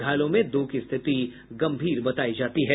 घायलों में दो की स्थिति गंभीर बतायी जाती है